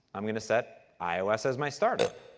i'm going to set ios as my startup.